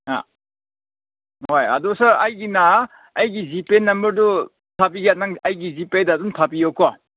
ꯑꯥ ꯍꯣꯏ ꯑꯗꯨ ꯁꯥꯔ ꯑꯩꯒꯤꯅ ꯑꯩꯒꯤ ꯖꯤ ꯄꯦ ꯅꯝꯕꯔꯗꯨ ꯊꯥꯕꯤꯒꯦ ꯅꯪ ꯑꯩꯒꯤ ꯖꯤ ꯄꯦꯗ ꯑꯗꯨꯝ ꯊꯥꯕꯤꯌꯨꯀꯣ